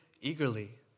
eagerly